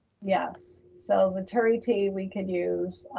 yes. so the turie t. we could use,